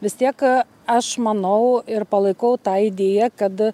vis tiek aš manau ir palaikau tą idėją kad